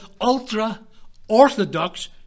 ultra-Orthodox